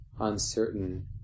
uncertain